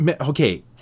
okay